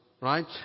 Right